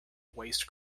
waste